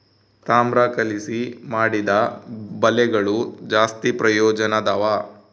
ತಾಮ್ರ ಕಲಿಸಿ ಮಾಡಿದ ಬಲೆಗಳು ಜಾಸ್ತಿ ಪ್ರಯೋಜನದವ